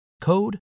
code